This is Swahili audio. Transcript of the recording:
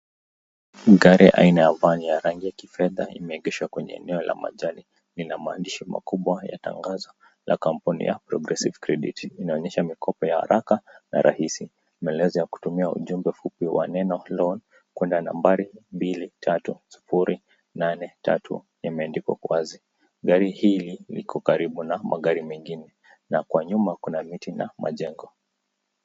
Gari aina ya vani ya rangi ya kifedha imeegeshwa kwenye eneo la majani. Lina maandishi makubwa ya tangazo la kampuni ya Progressive Credit . Inaonyesha mikopo ya haraka na rahisi. Maelezo ya kutumia ujumbe mfupi wa neno loan kwenda nambari 23083 yameandikwa kwa wazi. Gari hili liko karibu na magari mengine na kwa nyuma kuna miti na majengo.